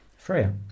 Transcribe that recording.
Freya